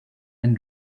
and